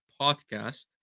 podcast